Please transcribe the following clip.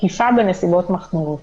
תקיפה בנסיבות מחמירות.